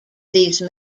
these